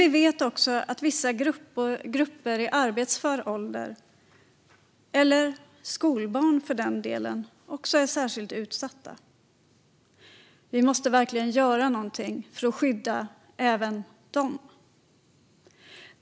Vi vet dock att även vissa grupper i arbetsför ålder, eller vissa skolbarn för den delen, är särskilt utsatta. Vi måste verkligen göra någonting för att skydda även dem.